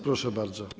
Proszę bardzo.